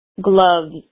gloves